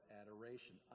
adoration